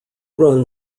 run